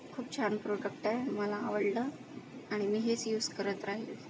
खूप छान प्रॉडक्ट आहे मला आवडलं आणि मी हेच युज करत राहील